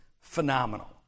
Phenomenal